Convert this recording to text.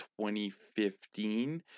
2015